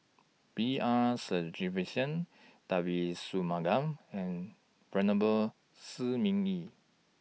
B R Sreenivasan Devagi Sanmugam and Venerable Shi Ming Yi